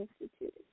instituted